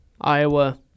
Iowa